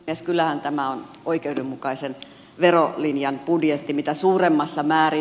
kyllähän tämä on oikeudenmukaisen verolinjan budjetti mitä suurimmassa määrin